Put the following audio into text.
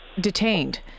Detained